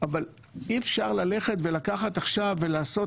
אבל אי-אפשר ללכת ולקחת עכשיו ולעשות